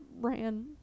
ran